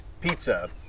pizza